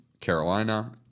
Carolina